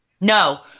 No